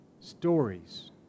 stories